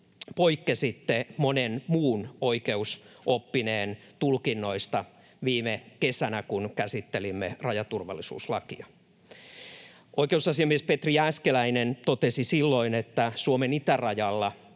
poikkesitte monen muun oikeusoppineen tulkinnoista viime kesänä, kun käsittelimme rajaturvallisuuslakia. Oikeusasiamies Petri Jääskeläinen totesi silloin, että Suomen itärajalla